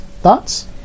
Thoughts